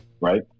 Right